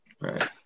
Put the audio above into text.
Right